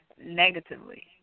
negatively